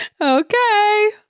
Okay